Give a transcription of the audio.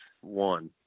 one